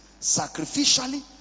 Sacrificially